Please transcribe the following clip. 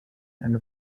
and